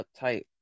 uptight